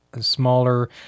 smaller